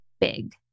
big